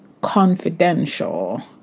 confidential